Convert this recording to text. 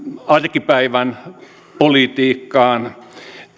arkipäivän politiikkaan